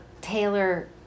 Taylor